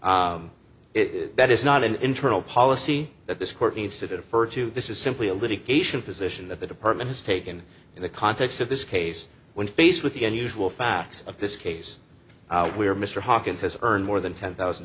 it that is not an internal policy that this court needs to defer to this is simply a litigation position that the department has taken in the context of this case when faced with the unusual facts of this case where mr hawkins has earned more than ten thousand